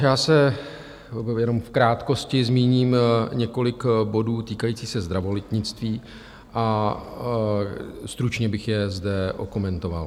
Já jenom v krátkosti zmíním několik bodů týkajících se zdravotnictví a stručně bych je zde okomentoval.